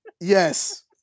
Yes